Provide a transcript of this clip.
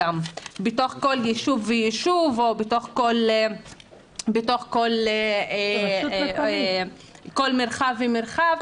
בתוך כל ישוב וישוב או בתוך כל מרחב ומרחב,